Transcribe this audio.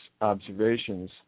observations